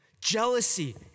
jealousy